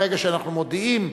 ברגע שאנחנו מודיעים,